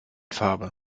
farbe